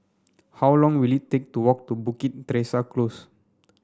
how long will it take to walk to Bukit Teresa Close